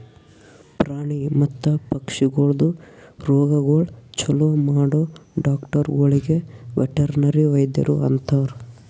ಪ್ರಾಣಿ ಮತ್ತ ಪಕ್ಷಿಗೊಳ್ದು ರೋಗಗೊಳ್ ಛಲೋ ಮಾಡೋ ಡಾಕ್ಟರಗೊಳಿಗ್ ವೆಟರ್ನರಿ ವೈದ್ಯರು ಅಂತಾರ್